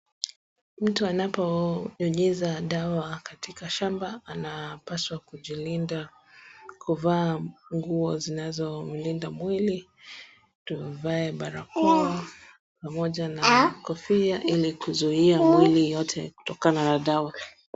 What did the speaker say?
Mtu anaponyunyiza dawa katika shamba anapaswa kujilinda, kuvaa nguo zinazomlinda mwili, avae barakoa, pamoja na kofia ili kuzuia mwili yote kutokana na dawa.